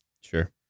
Sure